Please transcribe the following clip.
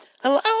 Hello